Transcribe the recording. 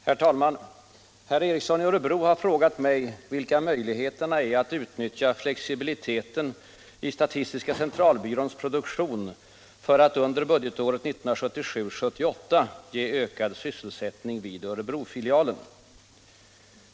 Herr talman! Herr Ericson i Örebro har frågat mig vilka möjligheterna är att utnyttja flexibiliteten i statistiska centralbyråns produktion för att under budgetåret 1977/78 ge ökad sysselsättning vid Örebrofilialen.